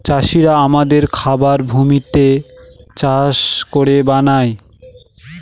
চাষিরা আমাদের খাবার ভূমিতে চাষ করে বানায়